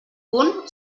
punt